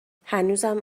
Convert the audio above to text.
هنوزم